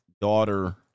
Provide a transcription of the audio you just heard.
daughter